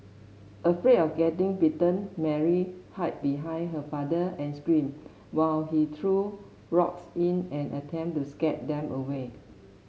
afraid of getting bitten Mary hid behind her father and screamed while he threw rocks in an attempt to scare them away